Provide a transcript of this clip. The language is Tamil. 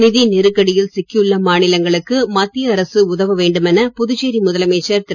நிதி நெருக்கடியில் சிக்கியுள்ள மாநிலங்களுக்கு மத்திய அரசு உதவ வேண்டும் என புதுச்சேரி முதலமைச்சர் திரு